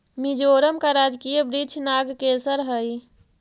मिजोरम का राजकीय वृक्ष नागकेसर हई